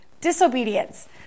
disobedience